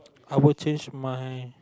I would change my